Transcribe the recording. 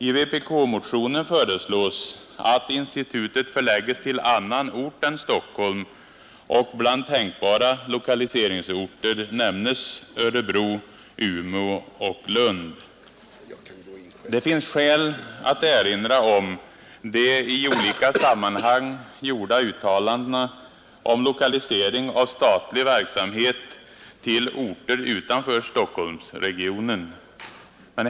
I vpk-motionen föreslås att institutet förlägges till annan ort än Stockholm, och bland tänkbara lokaliseringsorter nämnes Örebro, Umeå och Lund. Det finns skäl att erinra om de i olika sammanhang gjorda uttalandena om lokalisering av statlig verksamhet till orter utanför Stockholmsregionen.